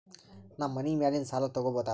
ನಾ ಮನಿ ಮ್ಯಾಲಿನ ಸಾಲ ತಗೋಬಹುದಾ?